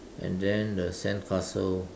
and then the sandcastle